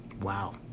Wow